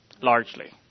largely